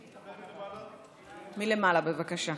מלמעלה, בבקשה.